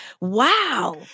wow